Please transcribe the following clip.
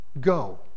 go